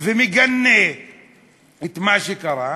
ומגנה את מה שקרה,